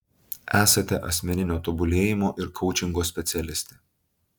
esate asmeninio tobulėjimo ir koučingo specialistė